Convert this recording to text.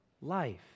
life